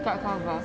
kat karva